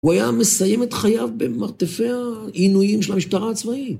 הוא היה מסיים את חייו במרתפי העינויים של המשטרה הצבאית.